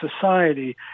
society